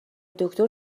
دکتر